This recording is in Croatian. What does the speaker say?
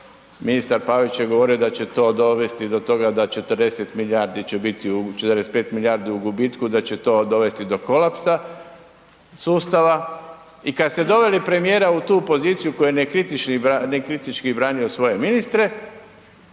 ministar Pavić je govorio da će to dovesti do toga da 45 milijardi će biti gubitku, da će to dovesti do kolapsa sustava i kad ste doveli premijera u tu poziciju koji je nekritički branio svoje ministre,